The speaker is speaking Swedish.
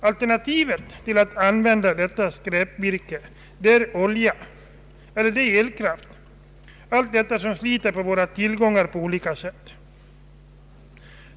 Alternativet till att använda detta skräpvirke som bränsle är olja eller elkraft, alltså sådant som på ett eller annat sätt tär på våra naturtillgångar.